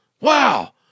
Wow